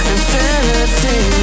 Infinity